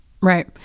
Right